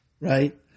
right